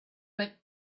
but